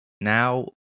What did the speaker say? Now